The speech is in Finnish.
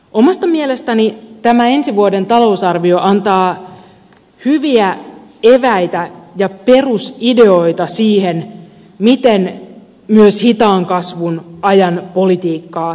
omasta mielestäni tämä ensi vuoden talousarvio antaa hyviä eväitä ja perusideoita siihen miten myös hitaan kasvun ajan politiikkaa tehdään